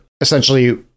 essentially